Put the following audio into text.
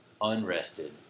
unrested